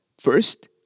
first